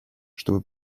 чтобы